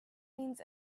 means